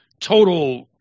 total